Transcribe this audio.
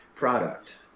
product